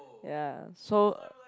ya so